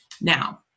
Now